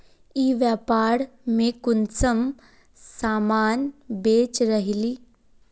ई व्यापार में कुंसम सामान बेच रहली?